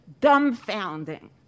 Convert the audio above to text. dumbfounding